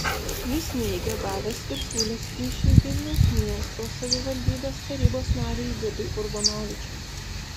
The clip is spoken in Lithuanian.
jis neigė davęs ir siūlęs kyšį vilniaus miesto savivaldybės tarybos nariui vidui urbonavičiui